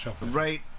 right